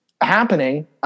happening